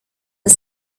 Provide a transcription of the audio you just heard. are